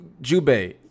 Jubei